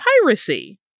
piracy